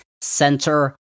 Center